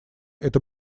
это